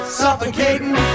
suffocating